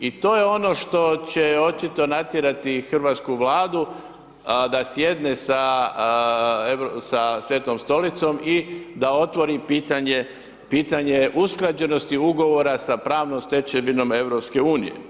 I to je ono što će očito natjerati hrvatsku Vladu da sjedne sa Svetom Stolicom i da otvori pitanje usklađenosti ugovora sa pravnom stečevinom EU.